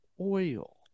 oil